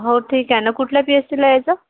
हो ठीक आहे ना कुठल्या पी एस टीला यायचं